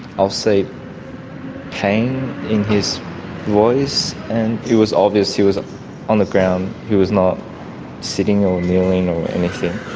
i'll say pain, in his voice. and it was obvious he was on the ground. he was not sitting or kneeling or anything.